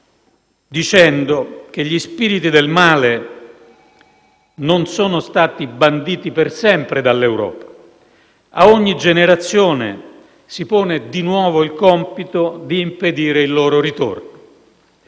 dicendo che gli spiriti del male non sono stati banditi per sempre dall'Europa; a ogni generazione si pone di nuovo il compito di impedire il loro ritorno.